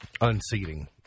unseating